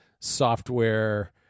software